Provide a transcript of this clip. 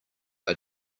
are